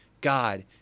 God